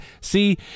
see